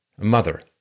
mother